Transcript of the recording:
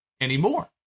anymore